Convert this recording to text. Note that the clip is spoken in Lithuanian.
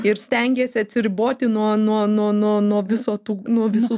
ir stengėsi atsiriboti nuo nuo nuo nuo nuo viso tų nuo visų